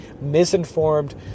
misinformed